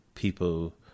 people